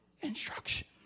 instruction